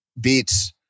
beats